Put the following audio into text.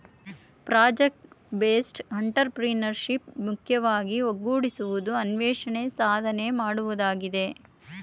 project based entrepreneurship ಮುಖ್ಯವಾಗಿ ಒಗ್ಗೂಡಿಸುವುದು, ಅನ್ವೇಷಣೆ, ಸಾಧನೆ ಮಾಡುವುದಾಗಿದೆ